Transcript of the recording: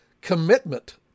commitment